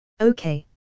Okay